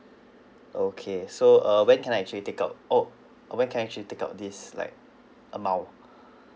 okay so uh when can I actually take out oh uh when can I actually take out this like amount